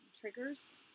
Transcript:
triggers